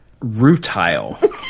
Rutile